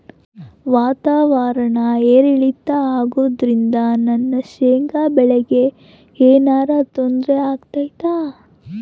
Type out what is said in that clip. ವಾತಾವರಣ ಏರಿಳಿತ ಅಗೋದ್ರಿಂದ ನನ್ನ ಶೇಂಗಾ ಬೆಳೆಗೆ ಏನರ ತೊಂದ್ರೆ ಆಗ್ತೈತಾ?